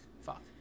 fuck